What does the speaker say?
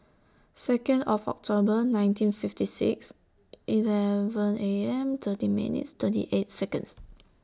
Second of October nineteen fifty six eleven A M thirteen minutes thirty eight Seconds